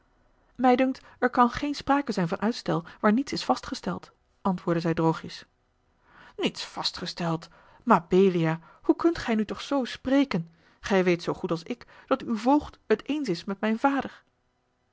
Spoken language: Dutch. mij dunkt er kan geen sprake zijn van uitstel waar niets is vastgesteld antwoordde zij droogjes niets vastgesteld mabelia hoe kunt gij nu toch zoo spreken gij weet zoo goed als ik dat uw voogd het eens is met mijn vader